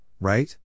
right